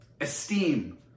Esteem